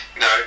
No